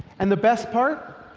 and the best part,